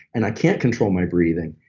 and i can't control my breathing,